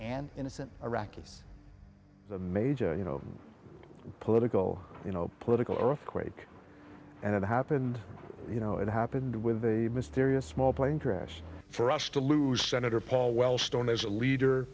and innocent iraqis a major you know political you know political earthquake and it happened you know it happened with a mysterious small plane crash for us to lose senator paul wellstone as a leader